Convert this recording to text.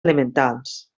elementals